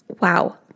wow